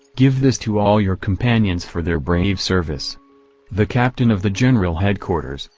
give this to all your companions for their brave service the captain of the general headquarters,